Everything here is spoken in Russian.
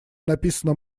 написано